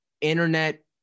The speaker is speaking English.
internet